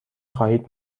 خواهید